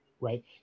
right